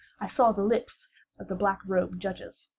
i saw the lips of the black-robed judges.